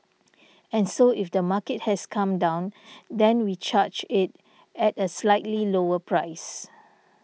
and so if the market has come down then we charge it at a slightly lower price